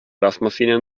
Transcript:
waschmaschine